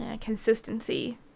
consistency